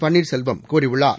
பன்னீர்செல்வம் கூறியுள்ளார்